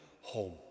home